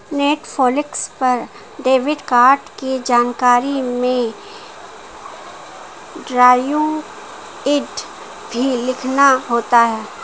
Netflix पर debit card की जानकारी में ड्यू डेट भी लिखना होता है